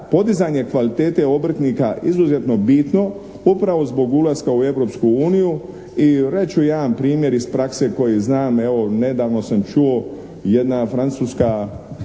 podizanje kvalitete obrtnika izuzetno bitno upravo zbog ulaska u Europsku uniju. I reći ću jedan primjer iz prakse koji znam, evo nedavno sam čuo jedna francuska